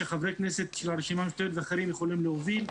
שחברי הכנסת של הרשימה המשותפת ואחרים יכולים להוביל,